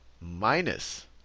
minus